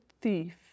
thief